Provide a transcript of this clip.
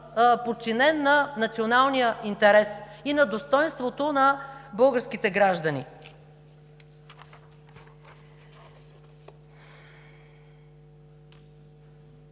подчинен на националния интерес и на достойнството на българските граждани.